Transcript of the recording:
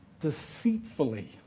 deceitfully